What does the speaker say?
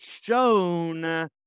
shown